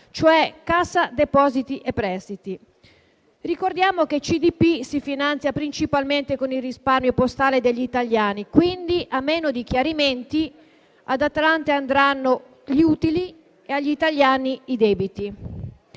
cioè Cassa depositi e prestiti. Ricordiamo che Cassa depositi e prestiti si finanzia principalmente con il risparmio postale degli italiani, quindi, a meno di chiarimenti, ad Atlantia andranno gli utili e agli italiani i debiti.